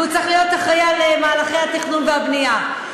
כי הוא צריך להיות אחראי למהלכי התכנון והבנייה.